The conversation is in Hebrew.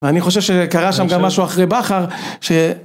ואני חושב שקרה שם גם משהו אחרי בכר